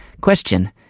Question